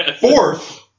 Fourth